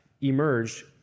emerged